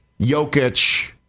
Jokic